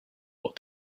what